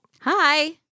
Hi